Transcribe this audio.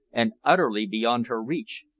and utterly beyond her reach,